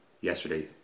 yesterday